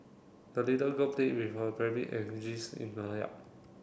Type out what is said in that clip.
the little girl played with her rabbit and in the yard